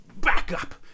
backup